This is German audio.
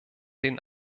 den